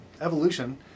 Evolution